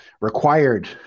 required